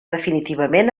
definitivament